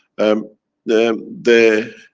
um the, the,